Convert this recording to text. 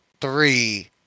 three